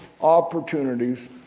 opportunities